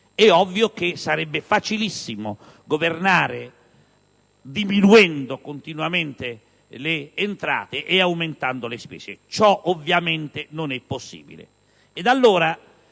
È ovvio che sarebbe facilissimo governare diminuendo continuamente le entrate e aumentando le spese, ma ciò ovviamente non è possibile.